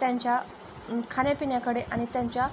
त्यांच्या खाण्यापिण्याकडे आणि त्यांच्या